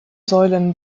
säulen